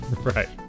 Right